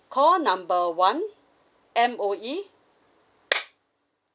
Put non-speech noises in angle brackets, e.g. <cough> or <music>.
call number one M_O_E <noise>